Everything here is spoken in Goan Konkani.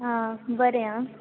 आं बरें आं